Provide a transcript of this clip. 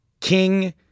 King